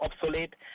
obsolete